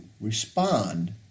Respond